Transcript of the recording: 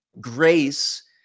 grace